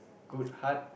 good heart